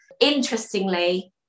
Interestingly